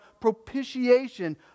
propitiation